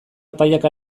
epaiak